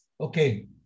okay